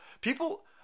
people